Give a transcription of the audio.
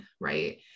Right